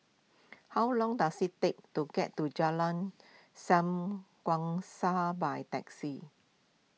how long does it take to get to Jalan Sam Kongsi by taxi